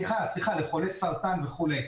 חולי סרטן וכו'.